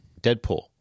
Deadpool